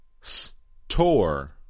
Store